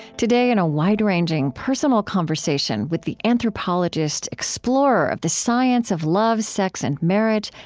today, in a wide-ranging, personal conversation with the anthropologist explorer of the science of love, sex, and marriage,